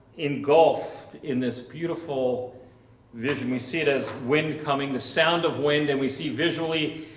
engulfed in this beautiful vision we see it as wind coming, the sound of wind that we see visually,